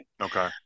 okay